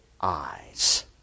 eyes